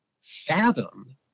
fathom